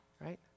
right